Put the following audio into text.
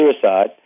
suicide